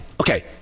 okay